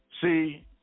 See